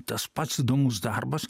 tas pats įdomus darbas